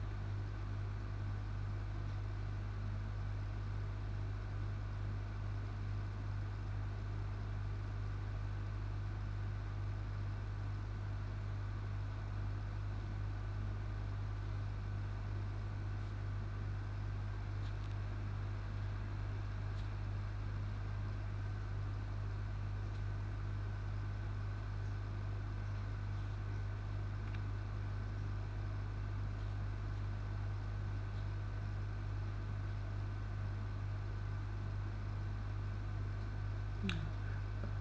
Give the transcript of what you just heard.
mm